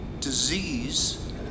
disease